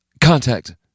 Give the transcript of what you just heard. Contact